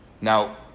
Now